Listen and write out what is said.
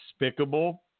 despicable